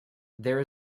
there